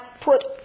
put